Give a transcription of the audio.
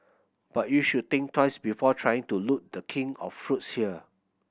but you should think twice before trying to loot The King of fruits here